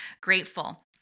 grateful